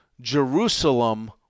Jerusalem